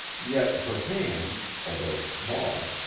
yet her hands, although small,